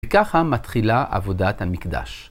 וככה מתחילה עבודת המקדש.